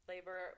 labor